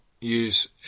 use